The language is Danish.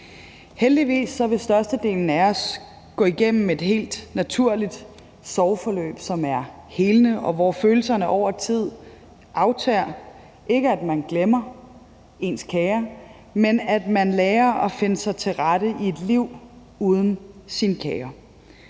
Heldigvis vil størstedelen af os gå igennem et helt naturligt sorgforløb, som er helende, og hvor følelserne over tid aftager – ikke at man glemmer sine kære, men at man lærer at finde sig til rette i et liv uden sine kære.